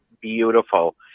beautiful